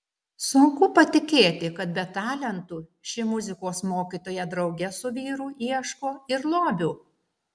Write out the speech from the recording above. sunku patikėti kad be talentų ši muzikos mokytoja drauge su vyru ieško ir lobių